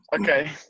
Okay